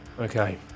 Okay